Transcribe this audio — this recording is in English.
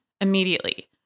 immediately